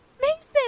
Mason